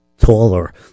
taller